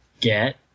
get